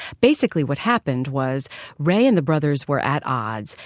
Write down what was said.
basically what happened was ray and the brothers were at odds.